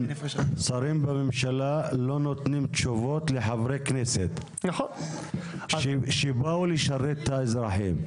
שרים בממשלה לא נותנים תשובות לחברי כנסת שבאו לשרת את האזרחים.